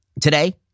today